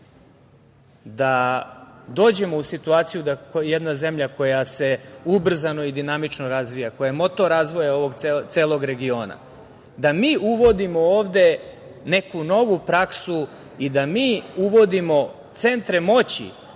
da dođemo u situaciju da, ako jedna zemlja koja se ubrzano i dinamično razvija, koja je motor razvoja ovog celog regiona, da mi uvodimo ovde neku novu praksu i da mi uvodimo centre moći